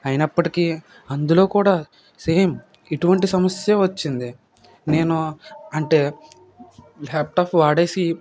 అయినప్పటికీ అందులో కూడా సేమ్ ఇటువంటి సమస్యే వచ్చింది నేను అంటే ల్యాప్టాప్ వాడేసి